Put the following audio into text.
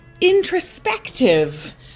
introspective